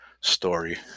story